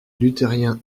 luthériens